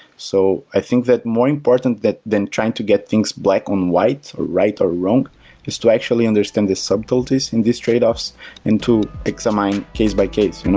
so i think that more important than trying to get things black-on-white, right or wrong is to actually understand the subtleties in these trade-offs and to examine case-by-case. you know